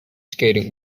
skating